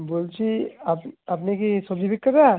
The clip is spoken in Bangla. বলছি আপনি কি সবজি বিক্রেতা